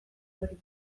hori